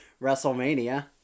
WrestleMania